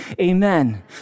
amen